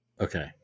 Okay